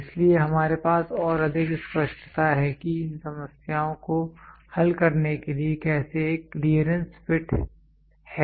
इसलिए हमारे पास और अधिक स्पष्टता है कि इन समस्याओं को हल करने के लिए कैसे एक क्लीयरेंस फिट है